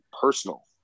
personal